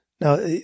Now